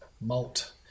Malt